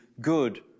good